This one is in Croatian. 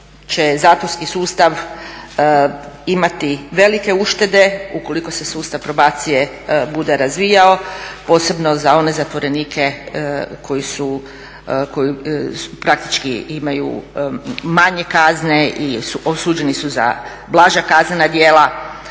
zatvorski sustav imati velike uštede ukoliko se sustav probacije bude razvijao, posebno za one zatvorenike koji praktički imaju manje kazne i osuđeni su za blaža kaznena djela.